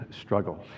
struggle